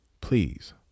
Please